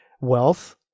wealth